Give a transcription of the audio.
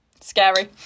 Scary